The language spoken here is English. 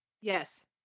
Yes